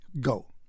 go